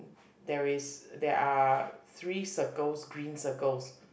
there's there're three circles green circles